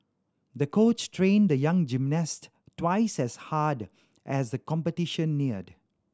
the coach trained the young gymnast twice as hard as the competition neared